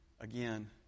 again